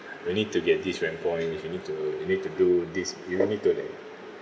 you need to get these grade point if you need to you need to do this you need to let